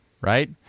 Right